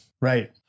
Right